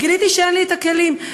גיליתי שאין לי כלים,